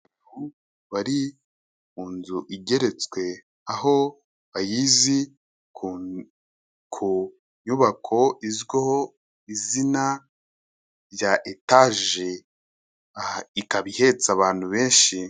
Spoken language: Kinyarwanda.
Abantu bari mu nzu igeretswe aho bayizi ku nyubako izwiho ku izina rya etaje, ikaba ihetse abantu benshi.